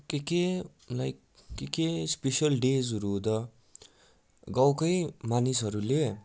के के लाइक के के स्पेसियल डेजहरू हुँदा गाउँकै मानिसहरूले